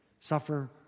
suffer